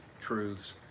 truths